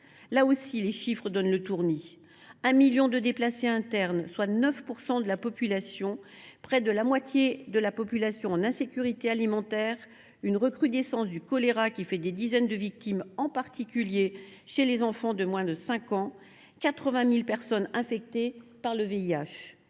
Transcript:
Là aussi, les chiffrent donnent le tournis : on compte un million de déplacés internes, soit 9 % de la population ; près de la moitié de la population est en insécurité alimentaire ; la recrudescence du choléra fait des dizaines de victimes, en particulier chez les enfants de moins de 5 ans ; 80 000 personnes sont infectées par le VIH,